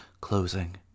closing